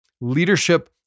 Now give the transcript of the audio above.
Leadership